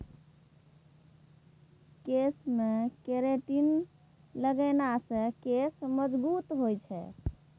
केशमे केरेटिन लगेने सँ केश मजगूत होए छै